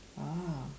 ah